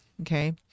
Okay